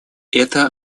это